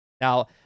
Now